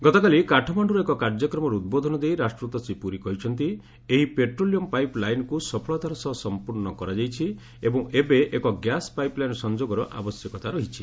ଗତକାଲି କାଠମାଣ୍ଟୁରେ ଏକ କାର୍ଯ୍ୟକ୍ରମରେ ଉଦ୍ବୋଧନ ଦେଇ ରାଷ୍ଟ୍ରଦୂତ ଶ୍ରୀ ପୁରି କହିଛନ୍ତି ଏହି ପେଟ୍ରୋଲିୟମ୍ ପାଇପ୍ ଲାଇନ୍କୁ ସଫଳତାର ସହ ସମ୍ପର୍ଣ୍ଣ କରାଯାଇଛି ଏବଂ ଏବେ ଏକ ଗ୍ୟାସ୍ ପାଇପ୍ ଲାଇନ୍ ସଂଯୋଗର ଆବଶ୍ୟକତା ରହିଛି